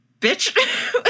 bitch